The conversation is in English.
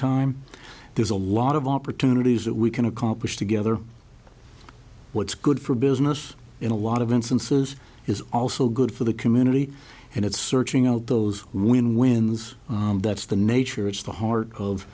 time there's a lot of opportunities that we can accomplish together what's good for business in a lot of instances is also good for the community and it's searching out those when wins that's the nature it's the heart of